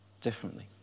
differently